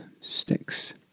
sticks